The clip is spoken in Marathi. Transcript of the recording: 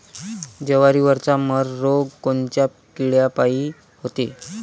जवारीवरचा मर रोग कोनच्या किड्यापायी होते?